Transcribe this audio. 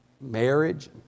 Marriage